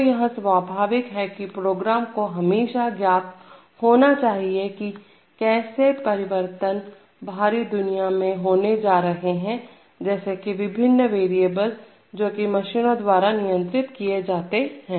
तो यह स्वाभाविक है की प्रोग्राम को हमेशा ज्ञात होना चाहिए की कैसे परिवर्तन बाहरी दुनिया में होने जा रहे हैं जैसे कि विभिन्न वेरिएबल जो की मशीनों द्वारा नियंत्रित किए जाते हैं